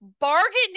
bargaining